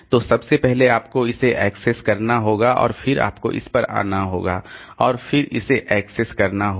तो सबसे पहले आपको इसे एक्सेस करना होगा और फिर आपको इस पर आना होगा और फिर इसे एक्सेस करना होगा